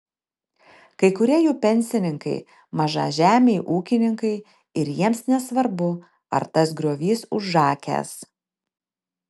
kai kurie jų pensininkai mažažemiai ūkininkai ir jiems nesvarbu ar tas griovys užakęs